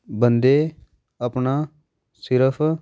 ਬੰਦੇ ਆਪਣਾ ਸਿਰਫ਼